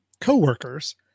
coworkers